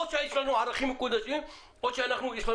או שיש לנו ערכים מקודשים או שיש לנו